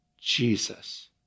Jesus